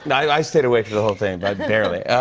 no, i stayed awake for the whole thing but barely.